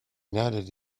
nodded